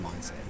mindset